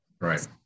Right